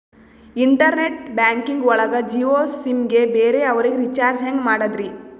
Internet banking ಒಳಗ Jio sim ಗೆ ಬೇರೆ ಅವರಿಗೆ ರೀಚಾರ್ಜ್ ಹೆಂಗ್ ಮಾಡಿದ್ರಿ?